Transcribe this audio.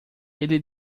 ele